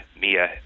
Mia